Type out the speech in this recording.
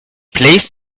placed